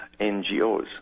NGOs